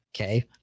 okay